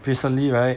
recently right